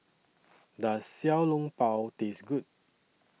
Does Xiao Long Bao Taste Good